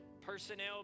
personnel